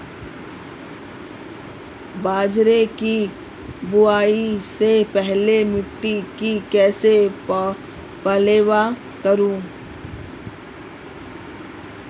बाजरे की बुआई से पहले मिट्टी को कैसे पलेवा करूं?